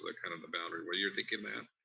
like kind of the boundary, were you thinking that?